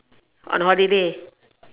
on holiday